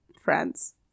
friends